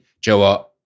Joe